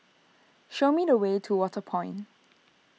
show me the way to Waterway Point